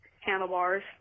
handlebars